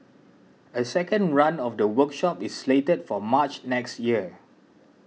a second run of the workshop is slated for March next year